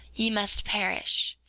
ye must perish.